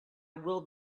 will